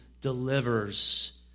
delivers